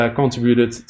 contributed